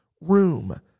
room